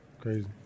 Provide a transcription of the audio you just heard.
crazy